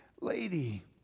lady